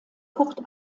kurt